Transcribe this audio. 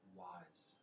wise